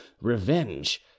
revenge